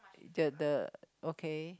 the the okay